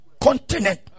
continent